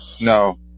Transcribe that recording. no